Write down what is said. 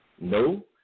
No